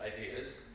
ideas